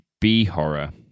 b-horror